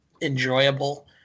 enjoyable